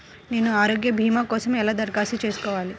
నేను ఆరోగ్య భీమా కోసం ఎలా దరఖాస్తు చేసుకోవాలి?